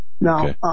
Now